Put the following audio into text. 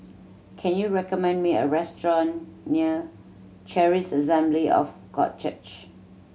can you recommend me a restaurant near Charis Assembly of God Church